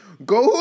go